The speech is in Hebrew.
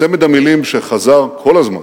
צמד המלים שחזר כל הזמן,